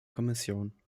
kommission